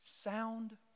Sound